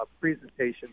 presentation